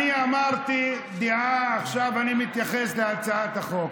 אני אמרתי דעה, ועכשיו אני מתייחס להצעת החוק.